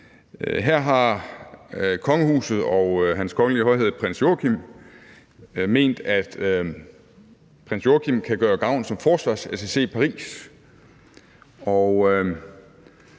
her har kongehuset og Hans Kongelige Højhed Prins Joachim ment, at prins Joachim kan gøre gavn som forsvarsattaché